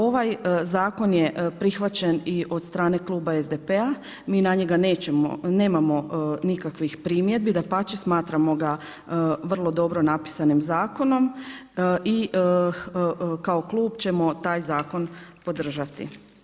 Ovaj zakon je prihvaćen i od strane kluba SDP-a, mi na njega nemamo nikakvih primjedbi, dapače, smatramo ga vrlo dobro napisanim zakonom i kao klub ćemo taj zakon podržati.